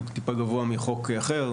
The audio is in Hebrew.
אפילו טיפה גבוה מחוק אחר,